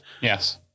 yes